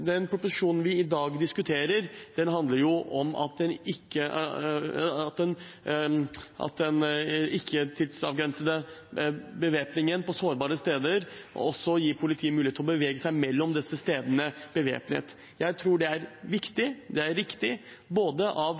Den proposisjonen vi i dag diskuterer, handler om at den ikke-tidsavgrensede bevæpningen på sårbare steder også gir politiet mulighet til å bevege seg mellom disse stedene bevæpnet. Jeg tror det er viktig. Det er riktig av